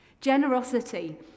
Generosity